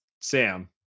Sam